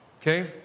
okay